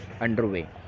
underway